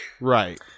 Right